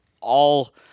all-